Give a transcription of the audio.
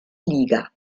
liga